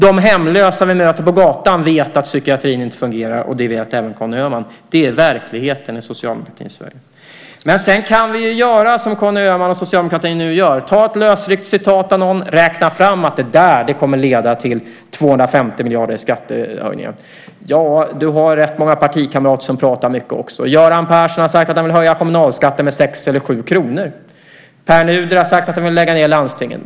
De hemlösa vi möter på gatan vet att psykiatrin inte fungerar, och det vet även Conny Öhman. Det är verkligheten i socialdemokratins Sverige. Men sedan kan vi göra som Conny Öhman och socialdemokratin nu gör, ta ett lösryckt citat av någon och räkna fram att det kommer att leda till 250 miljarder i skattesänkningar. Du har rätt många partikamrater som pratar mycket också. Göran Persson har sagt att han vill höja kommunalskatten med 6 eller 7 kr. Pär Nuder har sagt att han vill lägga ned landstingen.